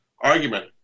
argument